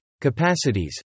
capacities